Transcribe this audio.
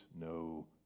no